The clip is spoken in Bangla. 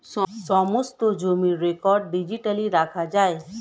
সমস্ত জমির রেকর্ড ডিজিটালি রাখা যায়